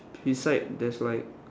beside there's right